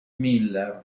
miller